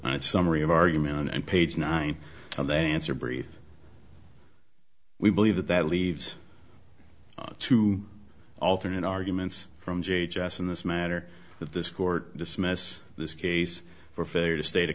its summary of argument and page nine of that answer brief we believe that that leaves two alternate arguments from j h s in this matter that this court dismiss this case for failure to sta